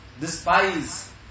despise